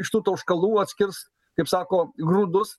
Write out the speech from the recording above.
iš tų tauškalų atskirs kaip sako grūdus